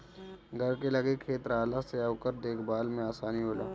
घर के लगे खेत रहला से ओकर देख भाल में आसानी होला